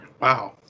Wow